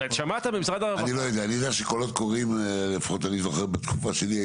אני יודע שקולות קוראים לפחות מה שאני זוכר בתקופה שלי,